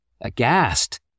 aghast